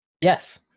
Yes